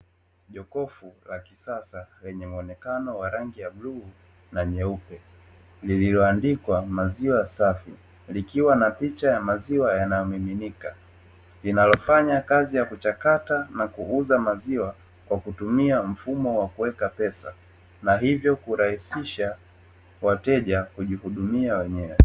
Jokofu la kisasa lenye muonekano wa rangi ya bluu na nyeupe, lililoandikwa "maziwa safi", likiwa na picha ya maziwa yanayomiminika. Linalofanya kazi ya kuchakata na kuuza maziwa kwa kutumia mfumo wa kuweka pesa na hivyo kurahisisha wateja kujihudumia wenyewe.